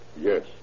Yes